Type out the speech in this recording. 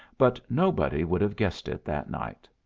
but nobody would have guessed it that night.